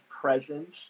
presence